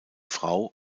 frau